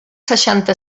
seixanta